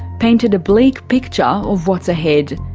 painted a bleak picture of what's ahead.